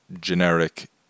generic